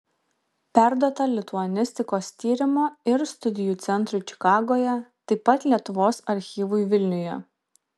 perduota lituanistikos tyrimo ir studijų centrui čikagoje taip pat lietuvos archyvui vilniuje